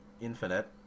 infinite